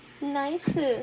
Nice